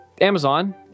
Amazon